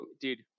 dude